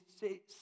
say